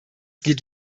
geht